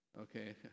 Okay